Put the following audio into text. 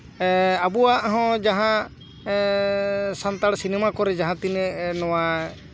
ᱟᱵᱚᱣᱟᱜ ᱦᱚᱸ ᱡᱟᱦᱟᱸ ᱥᱟᱱᱛᱟᱲ ᱥᱤᱱᱮᱢᱟ ᱠᱚᱨᱮ ᱡᱟᱦᱟᱸ ᱛᱤᱱᱟᱹᱜ ᱱᱚᱣᱟ